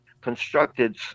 constructed